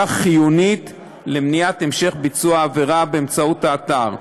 חיונית למניעת המשך ביצוע העבירה באמצעות האתר: